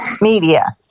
media